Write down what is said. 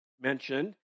mentioned